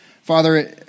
Father